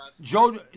Joe